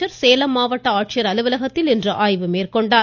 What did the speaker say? பழனிச்சாமி சேலம் மாவட்ட ஆட்சியர் அலுவலகத்தில் இன்று ஆய்வு மேற்கொண்டார்